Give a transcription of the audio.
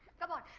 come on.